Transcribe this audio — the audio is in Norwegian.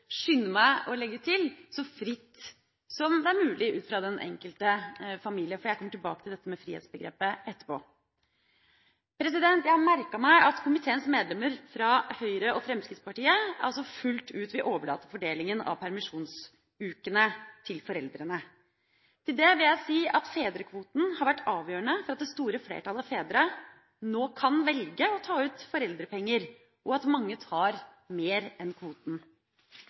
skynde meg å legge til – så fritt som det er mulig ut fra den enkelte familie. Jeg kommer tilbake til dette med frihetsbegrepet etterpå. Jeg har merket meg at komiteens medlemmer fra Høyre og Fremskrittspartiet fullt ut vil overlate fordelingen av permisjonsukene til foreldrene. Til det vil jeg si at fedrekvoten har vært avgjørende for at det store flertallet fedre nå kan velge å ta ut foreldrepenger, og at mange tar mer enn kvoten.